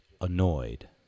annoyed